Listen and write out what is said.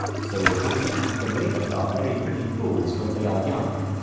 so the wolf and the raven are very pretty fools when they are young.